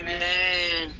Amen